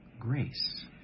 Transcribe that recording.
grace